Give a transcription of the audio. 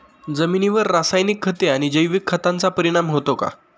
जमिनीवर रासायनिक खते आणि जैविक खतांचा परिणाम होतो का?